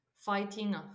fighting